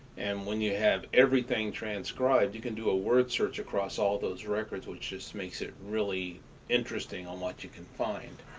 and when you have everything transcribed you can do a word search across all those records, which just makes it really interesting on what you can find.